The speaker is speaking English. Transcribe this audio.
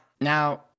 Now